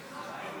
אדוני היושב-ראש.